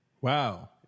Wow